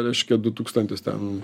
reiškia du tūkstantis ten